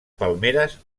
palmeres